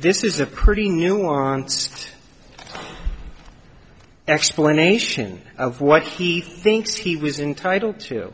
this is a pretty nuanced explanation of what he thinks he was entitle to